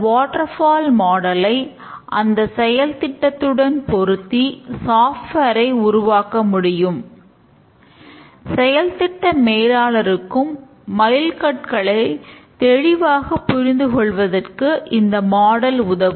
water fall model உதவும்